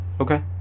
Okay